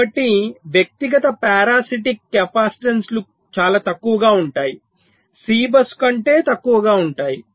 కాబట్టి వ్యక్తిగత పారాసిటిక్ కెపాసిటెన్సులు చాలా తక్కువగా ఉంటాయి సి బస్సు కంటే తక్కువగా ఉంటాయి